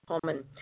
common